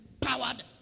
powered